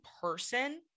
person